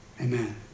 Amen